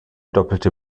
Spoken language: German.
doppelte